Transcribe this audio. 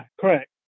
correct